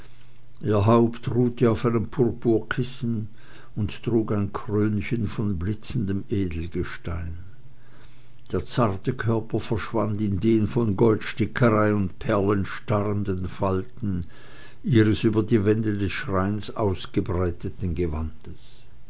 ihr haupt ruhte auf einem purpurkissen und trug ein krönchen von blitzendem edelgestein der zarte körper verschwand in den von goldstickerei und perlen starrenden falten ihres über die wände des schreins ausgebreiteten gewandes